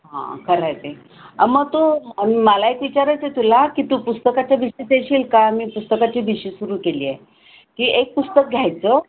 हां खरं आहे ते हां मग तू मला एक विचारायचं आहे तुला की तू पुस्तकाच्या भिशीत येशील का मी पुस्तकाची भिशी सुरू केली आहे की एक पुस्तक घ्यायचं